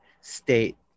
state